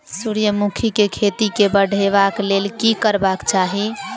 सूर्यमुखी केँ खेती केँ बढ़ेबाक लेल की करबाक चाहि?